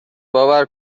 باور